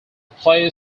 play